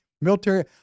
military